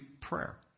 prayer